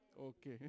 Okay